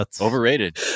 overrated